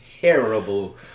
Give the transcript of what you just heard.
terrible